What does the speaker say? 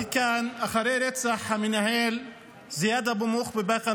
לפני שבוע עליתי כאן אחרי רצח המנהל זיאד אבו-מוך בבאקה